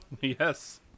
Yes